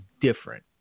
different